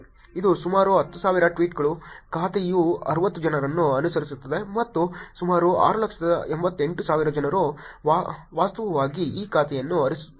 ಇದು ಸುಮಾರು 10000 ಟ್ವೀಟ್ಗಳು ಖಾತೆಯು 60 ಜನರನ್ನು ಅನುಸರಿಸುತ್ತಿದೆ ಮತ್ತು ಸುಮಾರು 688000 ಜನರು ವಾಸ್ತವವಾಗಿ ಈ ಖಾತೆಯನ್ನು ಅನುಸರಿಸುತ್ತಿದ್ದಾರೆ